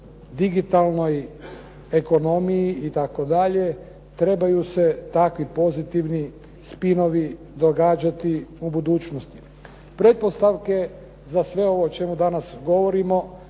digitalnoj ekonomiji itd. trebaju se takvi pozitivni spinovi događati u budućnosti. Pretpostavke za sve ovo o čemu danas govorimo